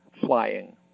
flying